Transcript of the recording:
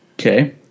Okay